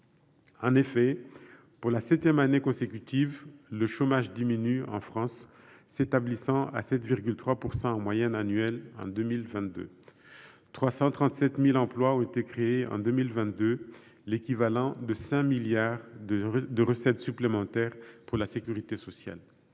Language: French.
En effet, pour la septième année consécutive, le chômage diminue en France, s’établissant à 7,3 % en moyenne annuelle en 2022. Au total, 337 000 emplois ont été créés en 2022, ce qui représente l’équivalent de 5 milliards d’euros de recettes supplémentaires pour la sécurité sociale.